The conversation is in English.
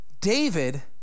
David